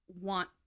want